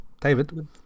David